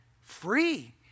free